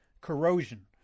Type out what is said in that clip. corrosion